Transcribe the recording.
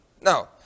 No